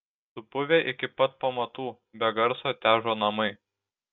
supuvę iki pat pamatų be garso težo namai